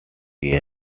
year